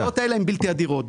ההצעות האלה הן בלתי הדירות.